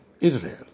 Israel